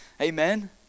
Amen